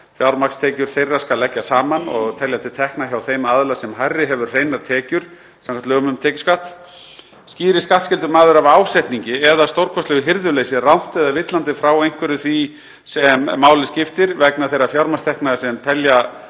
Fjármagnstekjur þeirra skal leggja saman og telja til tekna hjá þeim aðila sem hærri hefur hreinar tekjur samkvæmt lögum um tekjuskatt. Skýri skattskyldur maður af ásetningi eða stórkostlegu hirðuleysi rangt eða villandi frá einhverju því sem máli skiptir vegna þeirra fjármagnstekna sem telja